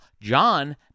John